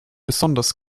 besonders